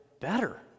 better